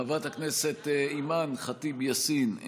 חברת הכנסת אימאן ח'טיב יאסין,